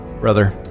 Brother